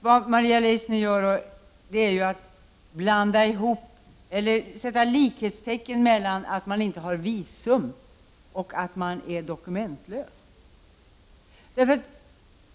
Vad Maria Leissner gör är ju att sätta likhetstecken mellan att inte ha visum och att vara dokumentlös.